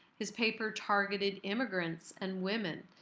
his paper targeted immigrants and women.